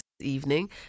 evening